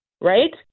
Right